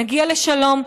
נגיע לשלום,